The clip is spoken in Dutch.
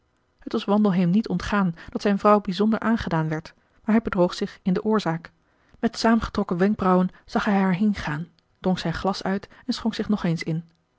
het was wandelheem niet ontgaan dat zijn vrouw bijzonder aangedaan werd maar hij bedroog zich in de o orzaak met saamgetrokken wenkbrauwen zag hij haar heengaan dronk zijn glas uit en schonk zich nog eens in